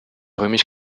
römisch